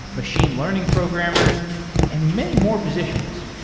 machine learning programmers and many more positions.